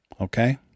Okay